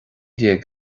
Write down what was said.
déag